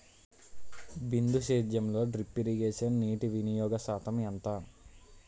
బిందు సేద్యంలో drip irrigation నీటివినియోగ శాతం ఎంత?